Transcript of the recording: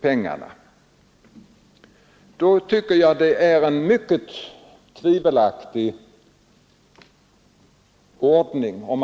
Regeringspartiet har inget bostadsprogram!